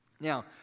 Now